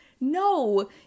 no